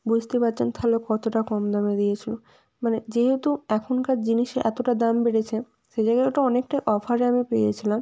বুঝতে পারছেন তাহলে কতটা কম দামে দিয়েছিল মানে যেহেতু এখনকার জিনিসের এতোটা দাম বেড়েছে সে জায়গায় ওটা অনেকটা অফারে আমি পেয়েছিলাম